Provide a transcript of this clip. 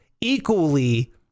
equally